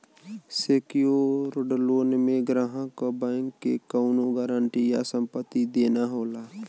secured loan में ग्राहक क बैंक के कउनो गारंटी या संपत्ति देना होला